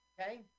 Okay